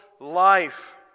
life